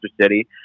City